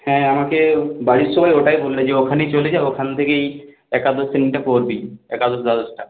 হ্যাঁ আমাকে বাড়ির সবাই ওটাই বলল যে ওখানেই চলে যা ওখান থেকেই একাদশ শ্রেণীটা পড়বি একাদশ দ্বাদশটা